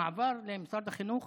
המעבר למשרד החינוך